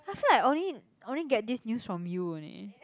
I feel like I only only get this news from you only